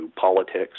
politics